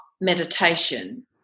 meditation